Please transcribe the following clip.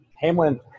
Hamlin